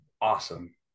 awesome